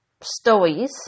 stories